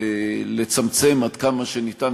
ולצמצם עד כמה שאפשר,